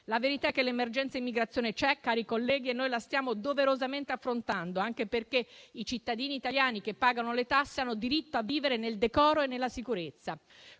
La verità è che l'emergenza immigrazione c'è, cari colleghi, e noi la stiamo doverosamente affrontando, anche perché i cittadini italiani che pagano le tasse hanno diritto a vivere nel decoro e nella sicurezza.